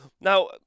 now